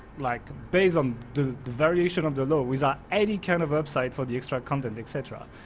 like based on the variation of the law without any kind of upside for the extra content, etc.